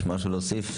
יש משהו להוסיף?